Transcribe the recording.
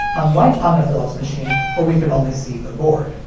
unlike on the philips machine where we could only see the board.